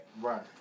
Right